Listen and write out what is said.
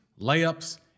layups